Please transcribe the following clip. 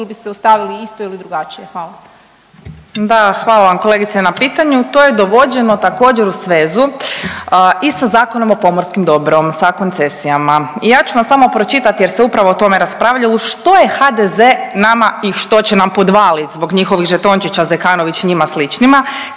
ili biste ostavili isto ili drugačije? Hvala. **Radolović, Sanja (SDP)** Da, hvala vam kolegice na pitanju. To je dovođeno također u svezu i sa Zakonom o pomorskom dobru sa koncesijama. I ja ću vam samo pročitati jer se upravo o tome raspravljalo što je HDZ nama i što će nam podvaliti zbog njihovih žetončića Zekanović, njima sličnima.